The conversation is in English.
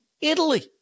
Italy